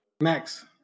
Max